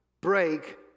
break